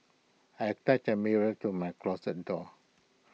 I attached A mirror to my closet door